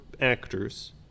actors